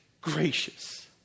gracious